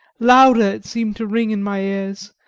louder it seemed to ring in my ears,